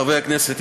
חברי הכנסת,